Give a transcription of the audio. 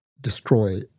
destroy